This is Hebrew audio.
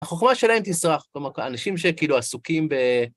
החוכמה שלהן תסרח, כלומר, אנשים שכאילו עסוקים ב...